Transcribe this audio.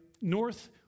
north